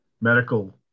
medical